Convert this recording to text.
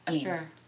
Sure